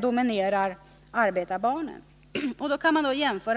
domineras av arbetarbarn.